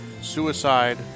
suicide